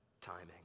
timing